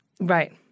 Right